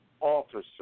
officer